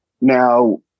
Now